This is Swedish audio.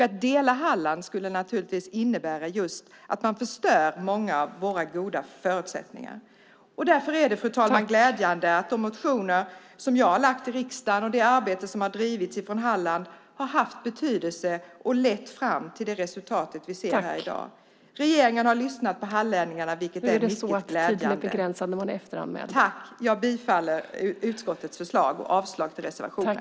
Att dela Halland skulle naturligtvis innebära att man förstör många av våra goda förutsättningar. Därför är det, fru talman, glädjande att de motioner som jag har lagt fram till riksdagen och det arbete som har drivits från Halland har haft betydelse och lett fram till det resultat vi ser här i dag. Regeringen har lyssnat på hallänningarna, vilket är mycket glädjande. Jag yrkar bifall till utskottets förslag och avslag på reservationen.